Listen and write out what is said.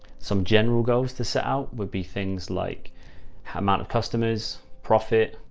some general goals to set out would be things like how amount of customers profit.